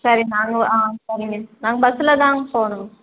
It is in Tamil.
சரி நாங்கள் ஆ சரிங்க நாங்கள் பஸ்ஸுல் தான் போகணும்